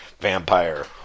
vampire